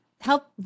Help